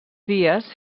dies